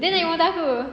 dia naik motor aku